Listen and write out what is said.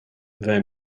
the